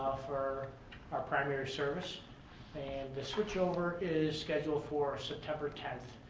for our primary service and the switch over is scheduled for september tenth.